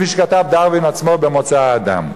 כפי שכתב דרווין עצמו ב"מוצא האדם".